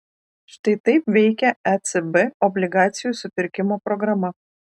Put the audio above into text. štai taip veikia ecb obligacijų supirkimo programa